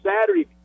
Saturday